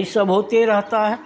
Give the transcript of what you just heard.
ई सब होते रहता है